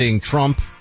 Trump